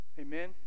Amen